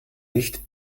nicht